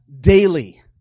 daily